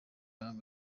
mihango